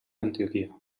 antioquia